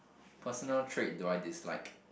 personal trait do I dislike